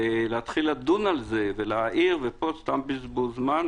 ולהתחיל לדון על זה ולהעיר, זה סתם בזבוז זמן.